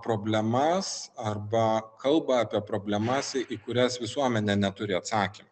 problemas arba kalba apie problemas į kurias visuomenė neturi atsakymo